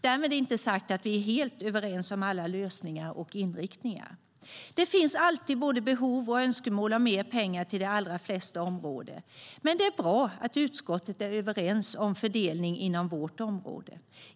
Därmed inte sagt att vi är helt överens om alla lösningar och inriktningar. Det finns alltid både behov och önskemål om mer pengar till de allra flesta områden, men det är bra att utskottet är överens om fördelningen inom vårt område.